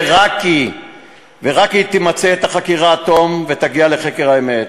ורק היא תמצה את החקירה עד תום ותגיע לחקר האמת.